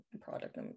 product